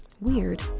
Weird